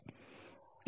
ఇక్కడ ఇది 7